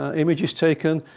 ah images taken.